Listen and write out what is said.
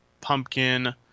pumpkin